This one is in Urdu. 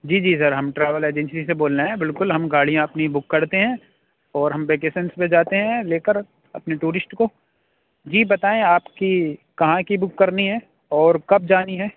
جی جی سر ہم ٹریویل ایجنسی سے بول رہے ہیں بالکل ہم گاڑیاں اپنی بک کرتے ہیں اور ہم ویکیسنز پہ جاتے ہیں لے کر اپنے ٹورسٹ کو جی بتائیں آپ کہ کہاں کی بک کرنی ہے اور کب جانی ہے